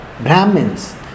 Brahmins